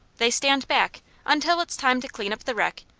they stand back until it's time to clean up the wreck,